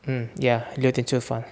um ya 六点出发